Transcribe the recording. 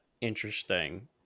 interesting